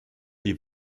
die